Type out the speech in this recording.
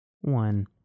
One